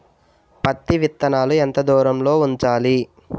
పత్తి విత్తనాలు ఎంత దూరంలో ఉంచాలి?